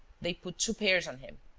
they put two pairs on him.